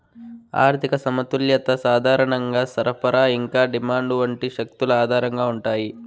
ఆర్థిక సమతుల్యత సాధారణంగా సరఫరా ఇంకా డిమాండ్ వంటి శక్తుల ఆధారంగా ఉంటాయి